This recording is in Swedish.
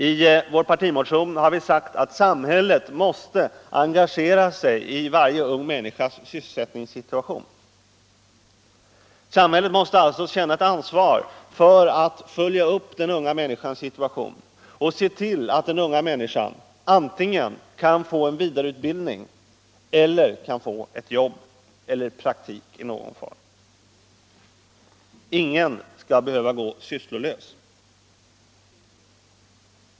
I vår partimotion har vi sagt att samhället måste engagera sig i varje ung människas sysselsättningssituation. Samhället måste alltså känna ett ansvar för att följa upp den unga människans situation och se till att han eller hon kan få antingen vidareutbildning eter ett jobb eller praktik i någon form. Ingen skall behöva gå sysslolös.